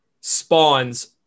spawns